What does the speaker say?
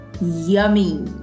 Yummy